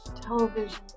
television